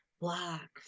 Black